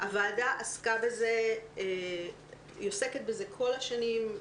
הוועדה עוסקת בזה במשך כל השנים,